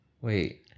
Wait